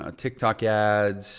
ah tiktok ads